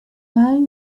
boy